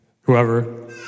whoever